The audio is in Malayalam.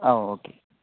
ആ ഓക്കേ